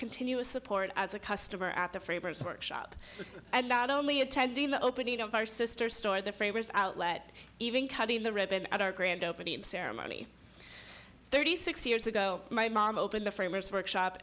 continuous support as a customer at the framers workshop and not only attending the opening of our sister store the framers outlet even cutting the ribbon at our grand opening ceremony thirty six years ago my mom opened the framers workshop